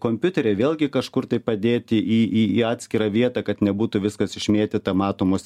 kompiuteriai vėlgi kažkur tai padėti į į atskirą vietą kad nebūtų viskas išmėtyta matomos